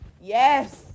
Yes